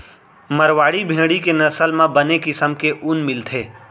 मारवाड़ी भेड़ी के नसल म बने किसम के ऊन मिलथे